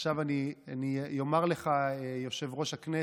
עכשיו אני אומר לך, יושב-ראש הישיבה,